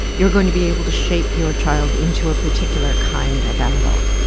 you're going to be able to shape your child into a particular kind of adult.